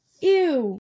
ew